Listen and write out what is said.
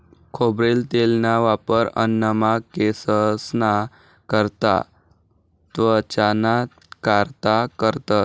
खोबरेल तेलना वापर अन्नमा, केंससना करता, त्वचाना कारता करतंस